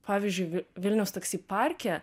pavyzdžiui vi vilniaus taksi parke